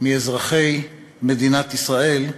מאזרחי מדינת ישראל,